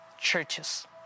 churches